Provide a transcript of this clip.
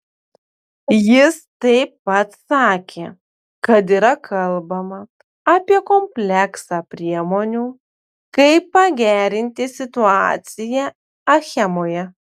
jis taip pat sakė kad yra kalbama apie kompleksą priemonių kaip pagerinti situaciją achemoje